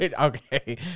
Okay